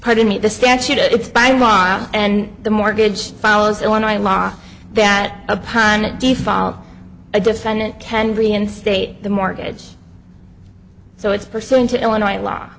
pardon me the statute it's by ron and the mortgage follows illinois law that upon a default a defendant can reinstate the mortgage so it's pursuing to illinois law